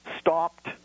stopped